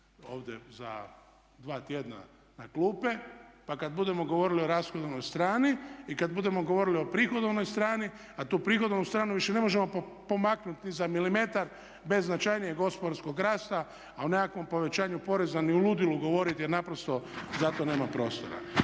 ovdje za 2 tjedna na klupe pa kad budemo govorili o rashodovnoj strani i kad budemo govorili o prihodovnoj strani a tu prihodovnu stranu više ne možemo pomaknuti za milimetar bez značajnijeg gospodarskog rasta a o nekakvom povećanju poreza ni u ludilu ne govoriti jer naprosto zato nema prostora.